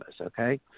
okay